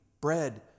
bread